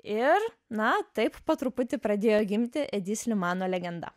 ir na taip po truputį pradėjo gimti edi slimano legenda